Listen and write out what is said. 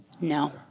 No